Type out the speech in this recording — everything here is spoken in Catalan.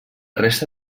resta